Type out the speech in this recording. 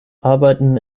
arbeiten